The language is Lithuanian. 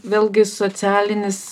vėlgi socialinis